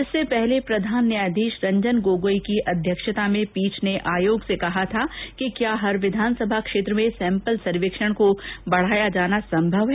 इससे पहले प्रधान न्यायाधीश रंजन गोगोई की अध्यक्षता में पीठ ने आयोग से कहा था कि क्या हर विधानसभा क्षेत्र में सैम्पल सर्वेक्षण को बढ़ाया जाना संभव है